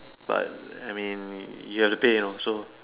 but I mean you have to pay you know so